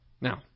Now